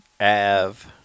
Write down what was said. av